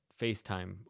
facetime